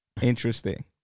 Interesting